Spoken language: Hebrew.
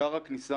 בשער הכניסה